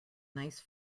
nice